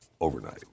overnight